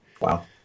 Wow